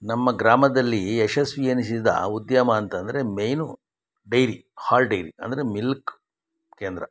ನಮ್ಮ ಗ್ರಾಮದಲ್ಲಿ ಯಶಸ್ವಿ ಎನಿಸಿದ ಉದ್ಯಮ ಅಂತಂದರೆ ಮೈನು ಡೈರಿ ಹಾಲು ಡೈರಿ ಅಂದರೆ ಮಿಲ್ಕ್ ಕೇಂದ್ರ